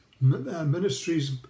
ministries